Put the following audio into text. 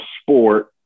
sport